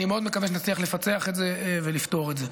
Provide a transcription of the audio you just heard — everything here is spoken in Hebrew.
אני מאוד מקווה שנצליח לפצח את זה ולפתור את זה.